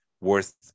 worth